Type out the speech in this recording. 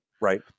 Right